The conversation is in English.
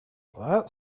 that